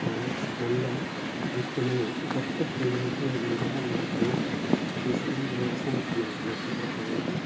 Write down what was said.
നല്ല വിത്തനങ്ങൾ ഇതൊക്കെ ഈ മേഖലയിലുണ്ടായാൽ മാത്രമേ ഈ ഈ വ്യവസായത്തെ നമുക്ക് മെച്ചപ്പെടുത്താനായിട്ട്